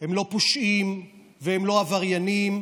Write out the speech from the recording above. הם לא פושעים ולא עבריינים.